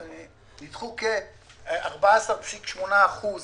נדחו כ-14.8%